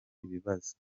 ibibazo